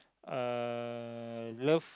uh love